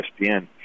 ESPN